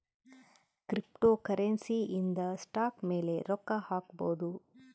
cryptocurrency ಇಂದ stock ಮೇಲೆ ರೊಕ್ಕ ಹಾಕ್ಬೊದು